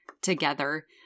together